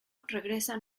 regresa